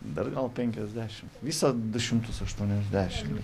dar gal penkiasdešim viso du šimtus aštuoniasdešimt